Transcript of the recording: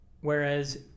Whereas